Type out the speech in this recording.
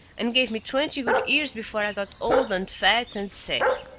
and gave me twenty good years before i got old and fat and sick.